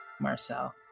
Marcel